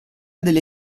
delle